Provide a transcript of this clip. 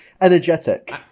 energetic